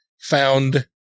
found